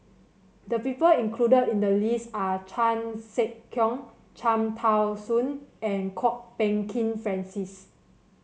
the people included in the list are Chan Sek Keong Cham Tao Soon and Kwok Peng Kin Francis